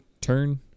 turn